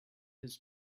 his